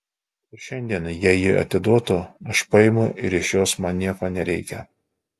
ir šiandien jei ji atiduotų aš paimu ir iš jos man nieko nereikia